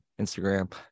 Instagram